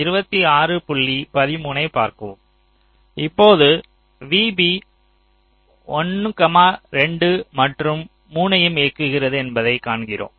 இப்போது vB 1 2 மற்றும் 3 யும் இயக்குகிறது என்பதை காண்கிறோம்